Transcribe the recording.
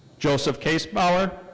joseph kaesbauer.